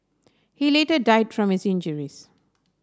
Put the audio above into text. he later died from his injuries